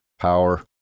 power